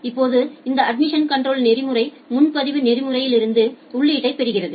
இப்போது இந்த admission control நெறிமுறை முன்பதிவு நெறிமுறையிலிருந்து உள்ளீட்டைப் பெறுகிறது